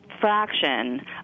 fraction